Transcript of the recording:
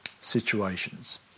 situations